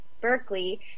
Berkeley